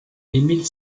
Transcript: émile